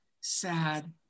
sad